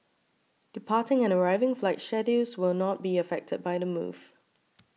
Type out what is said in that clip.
departing and arriving flight schedules will not be affected by the move